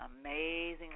Amazing